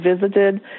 visited